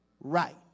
right